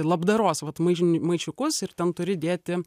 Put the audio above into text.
labdaros vat maiž maišiukus ir ten turi dėti